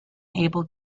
able